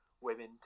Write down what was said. women